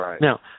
Now